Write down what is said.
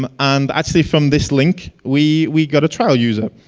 um and actually from this link we we gotta trial user.